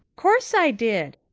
course i did,